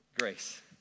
Grace